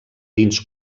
dins